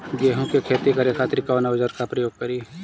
गेहूं के खेती करे खातिर कवन औजार के प्रयोग करी?